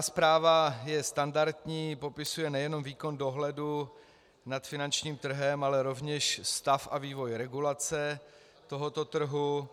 Zpráva je standardní, popisuje nejen výkon dohledu nad finančním trhem, ale rovněž stav a vývoj regulace tohoto trhu.